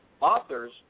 authors